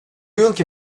yılki